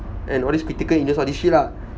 and all these critical illness all these shit lah